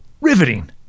riveting